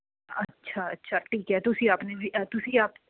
ਅੱਛਾ ਅੱਛਾ ਠੀਕ ਹੈ ਤੁਸੀਂ ਆਪਣੀ ਤੁਸੀਂ ਆਪ